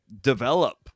develop